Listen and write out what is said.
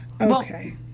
Okay